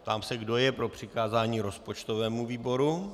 Ptám se, kdo je pro přikázání rozpočtovému výboru.